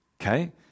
Okay